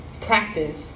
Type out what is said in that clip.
practice